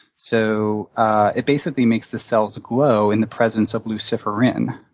so it basically makes the cells glow in the presence of luciferin.